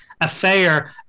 affair